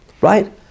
right